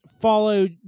follow